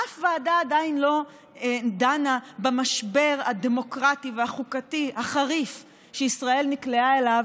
אף ועדה עדיין לא דנה במשבר הדמוקרטי והחוקתי החריף שישראל נקלעה אליו,